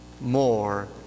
more